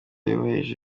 yubahiriza